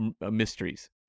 mysteries